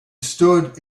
stood